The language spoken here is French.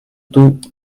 tout